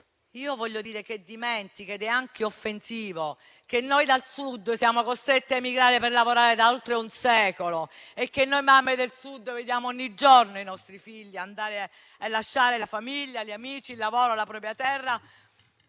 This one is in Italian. voglio dire che dimentica - ed è anche offensivo - che noi dal Sud siamo costretti a emigrare per lavorare da oltre un secolo e che noi mamme del Sud vediamo ogni giorno i nostri figli lasciare la famiglia, gli amici, il lavoro, la propria terra